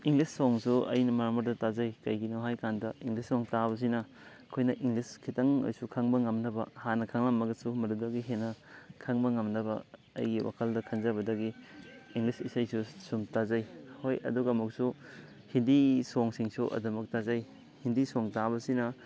English ꯁꯣꯡꯁꯨ ꯑꯩꯅ ꯃꯔꯛ ꯃꯔꯛꯇ ꯇꯥꯖꯩ ꯀꯩꯒꯤꯅꯣ ꯍꯥꯏꯀꯥꯟꯗ ꯏꯪꯂꯤꯁ ꯁꯣꯡ ꯇꯥꯕꯁꯤꯅ ꯑꯩꯈꯣꯏꯅ ꯏꯪꯂꯤꯁ ꯈꯤꯇꯪ ꯑꯣꯏꯁꯨ ꯈꯪꯕ ꯉꯝꯅꯕ ꯍꯥꯟꯅ ꯈꯪꯂꯝꯃꯒꯁꯨ ꯃꯗꯨꯗꯒꯤ ꯍꯦꯟꯅ ꯈꯪꯕ ꯉꯝꯅꯕ ꯑꯩꯒꯤ ꯋꯥꯈꯜꯗ ꯈꯟꯖꯕꯗꯒꯤ ꯏꯪꯂꯤꯁ ꯏꯁꯩꯁꯨ ꯁꯨꯝ ꯇꯥꯖꯩ ꯍꯣꯏ ꯑꯗꯨꯒ ꯑꯃꯨꯛꯁꯨ ꯍꯤꯟꯗꯤ ꯁꯣꯡꯁꯤꯡꯁꯨ ꯑꯗꯨꯃꯛ ꯇꯥꯖꯩ ꯍꯤꯟꯗꯤ ꯁꯣꯡ ꯇꯥꯕꯁꯤꯅ